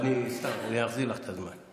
סתם, אני אחזיר לך את הזמן.